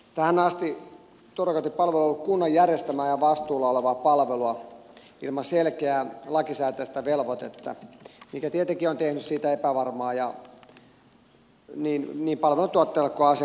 tähän asti turvakotipalvelu on ollut kunnan järjestämää ja vastuulla olevaa palvelua ilman selkeää lakisääteistä velvoitetta mikä tietenkin on tehnyt siitä epävarmaa niin palvelun tuottajalle kuin asiakkaallekin